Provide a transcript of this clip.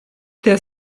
der